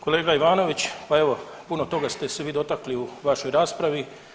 Kolega Ivanović, pa evo puno toga ste se vi dotakli u vašoj raspravi.